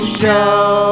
show